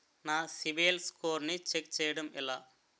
నా సిబిఐఎల్ ని ఛెక్ చేయడం ఎలా?